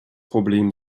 problem